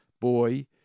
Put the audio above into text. boy